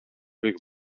kõige